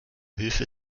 hilfe